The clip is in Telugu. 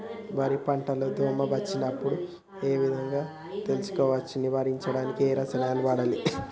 వరి పంట లో దోమ వచ్చినప్పుడు ఏ విధంగా తెలుసుకోవచ్చు? నివారించడానికి ఏ రసాయనాలు వాడాలి?